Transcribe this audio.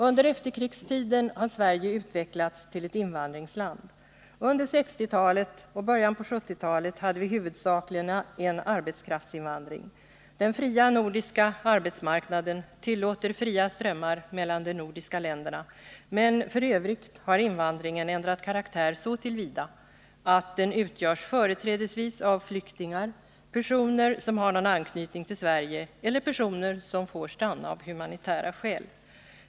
Under efterkrigstiden har Sverige utvecklats till ett invandringsland. Under 1960-talet och i början på 1970-talet hade vi huvudsakligen en arbetskraftsinvandring. Den fria nordiska arbetsmarknaden tillåter fria strömmar mellan de nordiska länderna, men f. ö. har invandringen ändrat karaktär så till vida att den utgörs företrädesvis av flyktingar, av personer som har någon anknytning till Sverige eller av personer som får stanna av humanitära skäl.